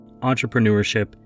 entrepreneurship